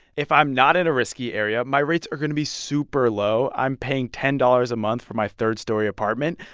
if i'm not in a risky area, my rates are going to be super low. i'm paying ten dollars a month for my third-story apartment.